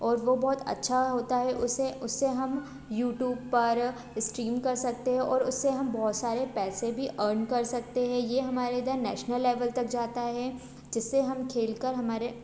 और वो बहुत अच्छा होता है उसे उससे हम यूट्यूब पर स्ट्रीम कर सकते हैं और उससे हम बहु त सारे पैसे भी अर्न कर सकते हैं ये हमारे इधर नेशनल लेवल तक जाता है जिससे हम खेल कर हमारे